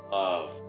love